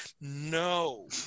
no